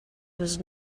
was